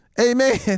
Amen